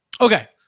Okay